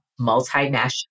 multinational